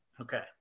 Okay